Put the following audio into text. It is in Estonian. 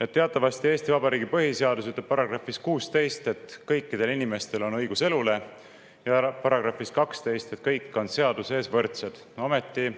Teatavasti ütleb Eesti Vabariigi põhiseaduse § 16, et kõikidel inimestel on õigus elule, ja § 12, et kõik on seaduse ees võrdsed. Ometi